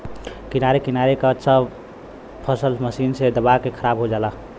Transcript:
किनारे किनारे क त सब फसल मशीन से दबा के खराब हो जाला